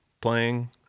playing